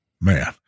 Man